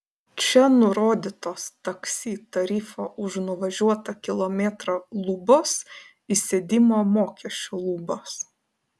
čia nurodytos taksi tarifo už nuvažiuotą kilometrą lubos įsėdimo mokesčio lubos